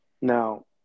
Now